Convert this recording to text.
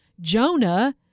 Jonah